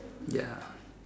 ya